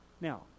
Now